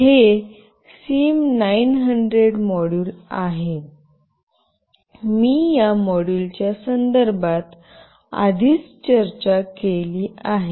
हे SIM 900 module आहे मी या मॉड्यूलच्या संदर्भात आधीच चर्चा केली आहे